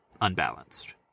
unbalanced